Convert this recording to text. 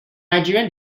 nigerian